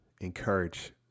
encourage